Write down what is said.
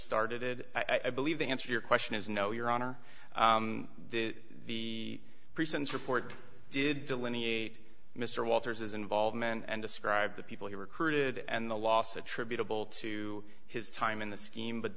started i believe the answer your question is no your honor the person's report did delineate mr walters as involvement and described the people he recruited and the loss attributable to his time in the scheme but